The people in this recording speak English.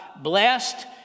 Blessed